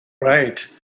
Right